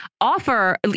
offer